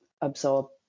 absorb